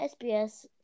SBS